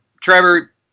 Trevor